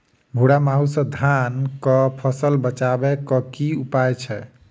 भूरा माहू सँ धान कऽ फसल बचाबै कऽ की उपाय छै?